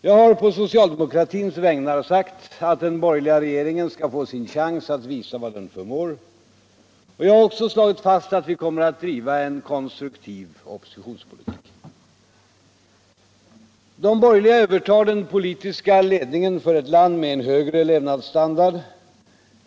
Jag har på socialdemokratins vägnar sagt att den borgerliga regeringen skall få sin chans att visa vad den förmår, och jag har också slagit fast all vi kommer att driva en konstruktiv oppositionspolitik. De borgerliga övertar den politiska ledningen för ett land med en högre levnadsstandard.